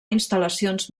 instal·lacions